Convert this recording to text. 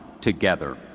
together